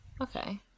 Okay